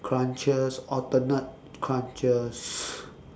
crunches alternate crunches